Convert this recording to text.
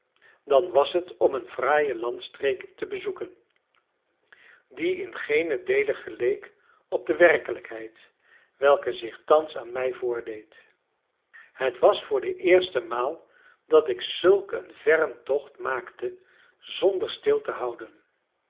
dan was het om een fraaie landstreek te bezoeken die in geenen deele geleek op de werkelijkheid welke zich thans aan mij voordeed het was voor de eerste maal dat ik zulk een verren tocht maakte zonder stil te houden